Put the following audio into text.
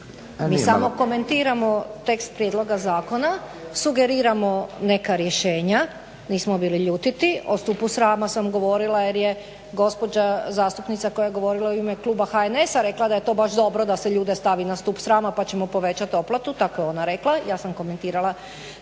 Mi samo komentiramo tekst prijedloga zakona, sugeriramo neka rješenja, nismo bili ljutiti, o stupu srama sam govorila jer je gospođa zastupnica koja je govorila u ime Kluba HNS-a rekla da je to baš dobro da se ljude stavi na stup srama pa ćemo povećati otplatu, tako je ona rekla, ja sam komentirala